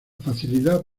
facilidad